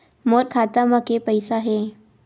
मोर खाता म के पईसा हे?